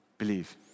believe